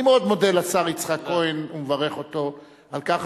אני מאוד מודה לשר יצחק כהן ומברך אותו על כך.